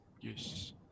Yes